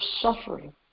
suffering